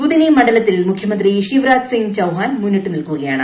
ബുദിനി മണ്ഡലത്തിൽ മുഖ്യമന്ത്രി ശിവരാജ് സിംഗ് ചൌഹാൻ മുന്നിട്ട് നിൽക്കുകയാണ്